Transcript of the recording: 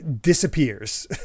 disappears